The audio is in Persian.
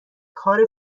کار